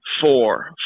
four